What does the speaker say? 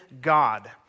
God